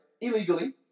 illegally